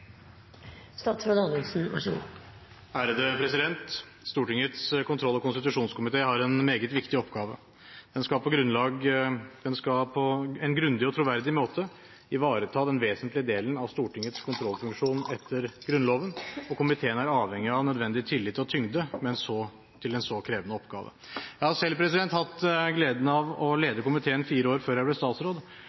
Stortingets kontroll- og konstitusjonskomité har en meget viktig oppgave. Den skal på en grundig og troverdig måte ivareta den vesentligste delen av Stortingets kontrollfunksjon etter Grunnloven, og komiteen er avhengig av nødvendig tillit og tyngde til en så krevende oppgave. Jeg har selv hatt gleden av å lede komiteen i fire år før jeg ble statsråd.